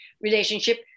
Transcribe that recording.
relationship